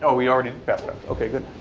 ah we already passed out. ok, good.